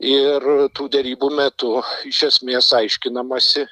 ir tų derybų metu iš esmės aiškinamasi